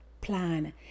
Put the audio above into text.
plan